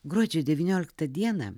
gruodžio devynioliktą dieną